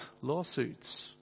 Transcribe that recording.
lawsuits